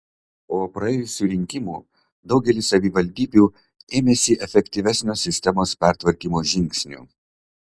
po praėjusių rinkimų daugelis savivaldybių ėmėsi efektyvesnio sistemos pertvarkymo žingsnių